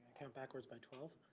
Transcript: count backwards by twelve.